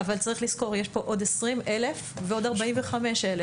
אבל צריך לזכור שיש פה עוד 120 אלף ועוד 45 אלף,